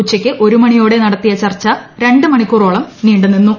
ഉച്ചയ്ക്ക് ഒരു മണിയോടെ നടത്തിയ ചർച്ച രണ്ടു മണിക്കൂറോളം നീണ്ടു നിന്നു